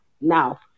now